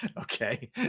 Okay